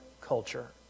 culture